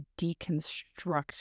deconstruct